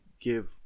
give